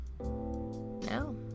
No